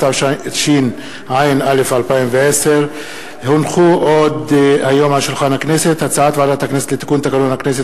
התשע"א 2010. הצעת ועדת הכנסת לתיקון תקנון הכנסת,